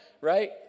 right